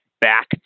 back